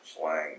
slang